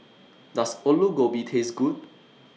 Does Aloo Gobi Taste Good